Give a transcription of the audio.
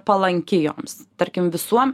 palanki joms tarkim visuo